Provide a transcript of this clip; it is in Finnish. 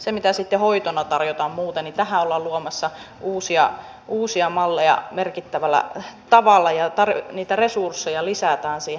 siihen mitä sitten hoitona tarjotaan muuten ollaan luomassa uusia malleja merkittävällä tavalla ja niitä resursseja lisätään siihen